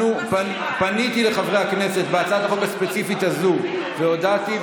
פניתי לחברי הכנסת בהצעת החוק הספציפית הזאת והודעתי,